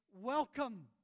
welcome